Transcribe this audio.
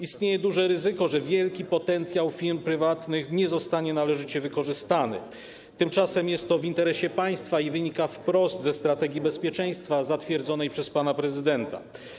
Istnieje duże ryzyko, że wielki potencjał firm prywatnych nie zostanie należycie wykorzystany, tymczasem jest to w interesie państwa i wynika wprost ze strategii bezpieczeństwa zatwierdzonej przez pana prezydenta.